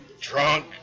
drunk